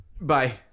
Bye